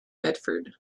bedford